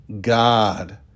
God